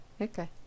Okay